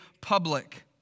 public